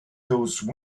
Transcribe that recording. those